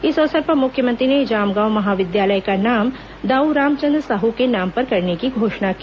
इस अवसर पर मुख्यमंत्री ने जामगांव महाविद्यालय का नाम दाऊ रामचंद्र साहू के नाम पर करने की घोषणा की